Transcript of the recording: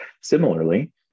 Similarly